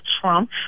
Trump